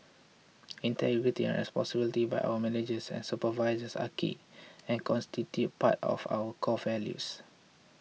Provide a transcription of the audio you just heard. integrity and responsibility by our managers and supervisors are key and constitute part of our core values